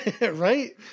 Right